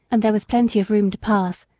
and there was plenty of room to pass,